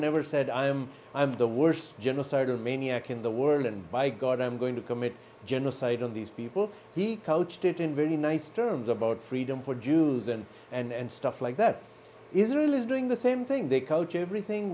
never said i am i'm the worst genocidal maniac in the world and by god i'm going to commit genocide on these people he coached it in very nice terms about freedom for jews and and stuff like that israel is doing the same thing the culture everything